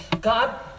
God